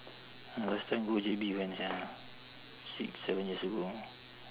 last time go J_B when sia six seven years ago